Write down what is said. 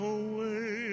away